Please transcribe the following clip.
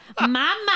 Mama